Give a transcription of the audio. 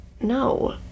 No